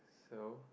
so